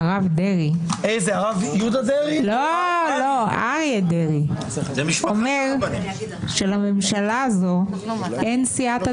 אפילו אריה דרעי אומר שלממשלה הזו אין סייעתא